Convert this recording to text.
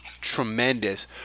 tremendous